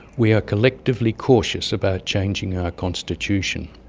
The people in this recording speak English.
we are collectively cautious about changing our constitutionparticipatory